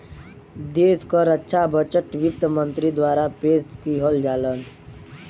देश क रक्षा बजट वित्त मंत्री द्वारा पेश किहल जाला